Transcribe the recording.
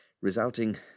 resulting